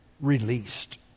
released